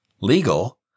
Legal